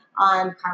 on